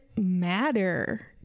matter